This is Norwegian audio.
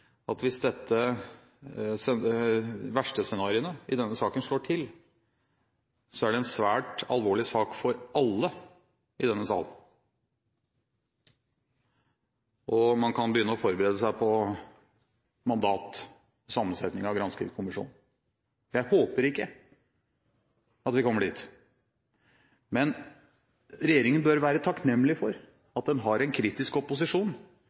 at hvis de verste scenariene i denne saken slår til, er det en svært alvorlig sak for alle i denne salen, og man kan begynne å forberede seg på mandat og sammensetning av granskingskommisjonen. Jeg håper at vi ikke kommer dit. Men regjeringen bør være takknemlig for at den har en kritisk opposisjon